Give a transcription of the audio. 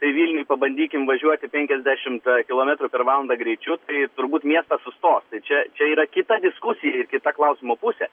tai vilniuj pabandykim važiuoti penkiasdešimt kilometrų per valandą greičiu tai turbūt miestas sustos tai čia čia yra kita diskusija ir kita klausimo pusė